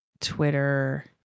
Twitter